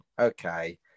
Okay